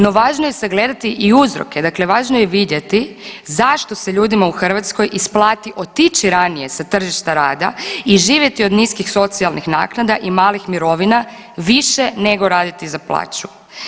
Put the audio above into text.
No, važno je sagledati i uzroke, dakle važno je i vidjeti zašto se ljudima u Hrvatskoj isplati otići ranije sa tržišta rada i živjeti od niskih socijalnih naknada i malih mirovina više nego raditi za plaću.